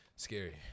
Scary